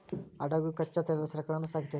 ಹಡಗು ಕಚ್ಚಾ ತೈಲದ ಸರಕುಗಳನ್ನ ಸಾಗಿಸ್ತೆತಿ